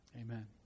Amen